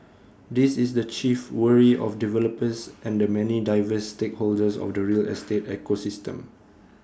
this is the chief worry of developers and the many diverse stakeholders of the real estate ecosystem